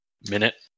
minute